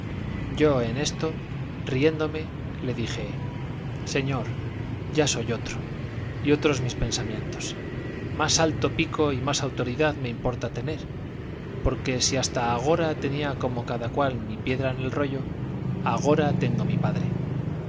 yo en esto riéndome le dije señor ya soy otro y otros mis pensamientos más alto pico y más autoridad me importa tener porque si hasta agora tenía como cada cual mi piedra en el rollo agora tengo mi padre